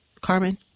Carmen